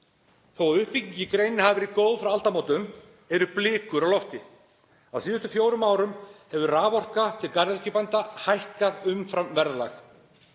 Þó að uppbygging í greininni hafi verið góð frá aldamótum eru blikur á lofti. Á síðustu fjórum árum hefur raforka til garðyrkjubænda hækkað umfram verðlag.